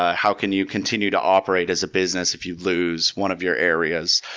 how can you continue to operate as a business if you lose one of your areas?